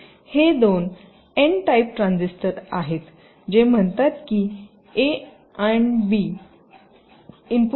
हे दोन N type transistor आहेत जे म्हणतात की ए आणि बी इनपुट आहेत